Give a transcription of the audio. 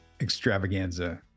extravaganza